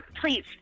please